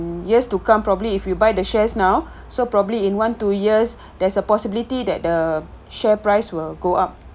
in years to come probably if you buy the shares now so probably in one two years there is a possibility that the share price will go up